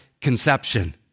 conception